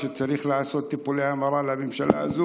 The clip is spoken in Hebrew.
וצריך לעשות טיפולי המרה לממשלה הזאת